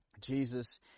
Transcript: Jesus